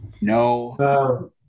No